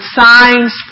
signs